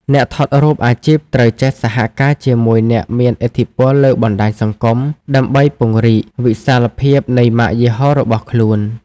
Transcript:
អ្នកថតរូបអាជីពត្រូវចេះសហការជាមួយអ្នកមានឥទ្ធិពលលើបណ្ដាញសង្គម ដើម្បីពង្រីកវិសាលភាពនៃម៉ាកយីហោរបស់ខ្លួន។